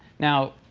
now,